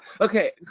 Okay